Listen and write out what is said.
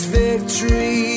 victory